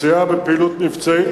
פציעה בפעילות מבצעית,